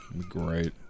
Great